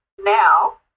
now